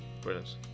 Brilliant